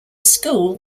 school